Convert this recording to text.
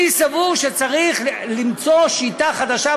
אני סבור שצריך למצוא שיטה חדשה,